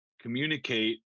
communicate